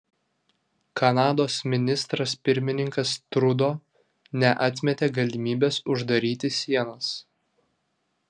kanados ministras pirmininkas trudo neatmetė galimybės uždaryti sienas